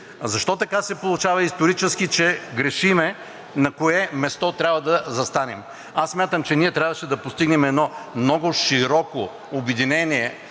Защо така се получава исторически, че грешим на кое място трябва да застанем? Аз смятам, че ние трябваше да постигнем едно много широко обединение